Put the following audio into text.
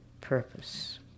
purpose